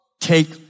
Take